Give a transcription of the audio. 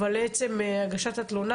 עצם הגשת התלונה,